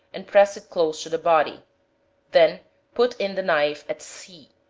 and press it close to the body then put in the knife at c,